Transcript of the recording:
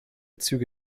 züge